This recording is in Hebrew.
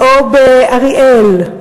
או באריאל,